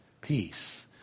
peace